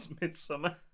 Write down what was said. Midsummer